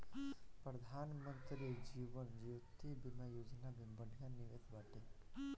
प्रधानमंत्री जीवन ज्योति बीमा योजना भी बढ़िया निवेश बाटे